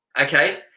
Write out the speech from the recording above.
okay